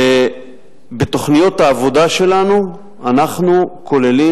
בתוכניות העבודה שלנו אנחנו כוללים,